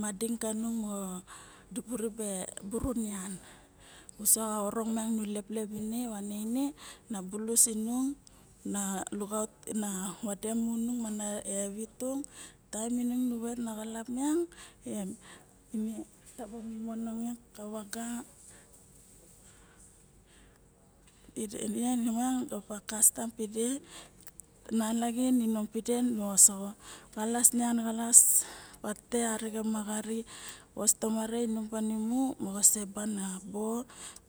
madin kanung dubu ribe buru nian uso xa orong miang nu leplep ne movane ne na bulus inung na vede mu nung na evi tung taem inung nu wet naxalap miang ine taba momongong ka vaga ine nien moxo kastam pide nalaxin inom pide moxo xalas nian arixen ma xary vos tomare inom panimum sebana bo